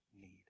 need